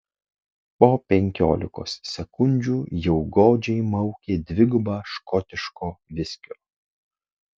po penkiolikos sekundžių jau godžiai maukė dvigubą škotiško viskio